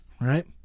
right